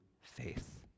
faith